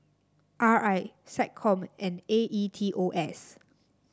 R I SecCom and A E T O S